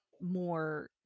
more